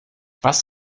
was